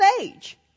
age